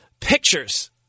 pictures